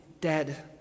dead